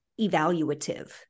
evaluative